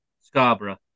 Scarborough